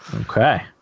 Okay